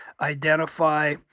identify